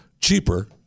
cheaper